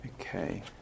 Okay